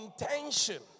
intention